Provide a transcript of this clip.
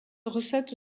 recette